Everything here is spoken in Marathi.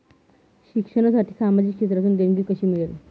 शिक्षणासाठी सामाजिक क्षेत्रातून देणगी कशी मिळेल?